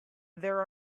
there